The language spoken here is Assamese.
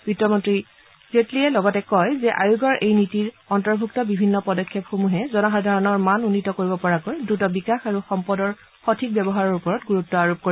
বিত্তমন্ত্ৰীগৰাকীয়ে লগতে কয় যে আয়োগৰ এই নীতিৰ অন্তৰ্ভুক্ত বিভিন্ন পদক্ষেপসমূহে জনসাধাৰণৰ মান উন্নীত কৰিব পৰাকৈ দ্ৰুত বিকাশ আৰু সম্পদৰ সঠিক ব্যৱহাৰৰ ওপৰত গুৰুত্ আৰোপ কৰিব